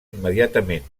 immediatament